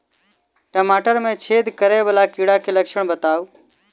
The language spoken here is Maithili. टमाटर मे छेद करै वला कीड़ा केँ लक्षण बताउ?